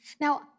Now